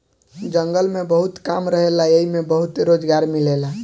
जंगल में बहुत काम रहेला एइमे बहुते रोजगार मिलेला